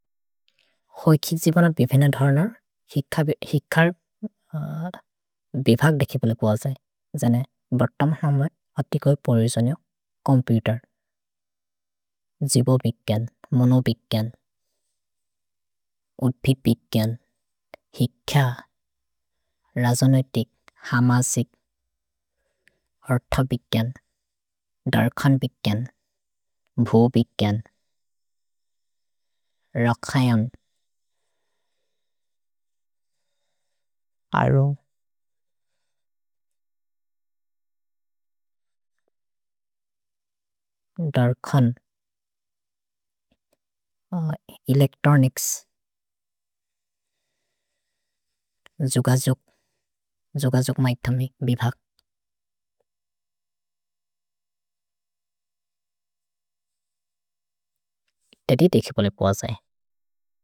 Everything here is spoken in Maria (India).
ḥओइ कि जिबनद् बिव्हेनेद् हर्नर्, हिकर् बिव्हग् देखि बोले ग्वजे, जने बर्तम् हमए अतिकोइ पोरिजोन्यो कोम्प्üतर्। जिबोबिक्केन्, मोनोबिक्केन्, उद्पिपिक्केन्, हिक्य, रजोनेतिक्, हमसिक्, हर्त बिक्केन्, दर्खन् बिक्केन्, भोबिक्केन्, रखयन्, अरो, दर्खन्, एलेक्त्रोनिच्स्, जुगजुग्, जुगजुग् मैथमिक् बिव्हग्, देधि देखि बोले ग्वजे।